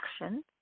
action